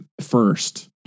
First